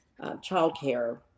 Childcare